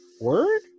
Word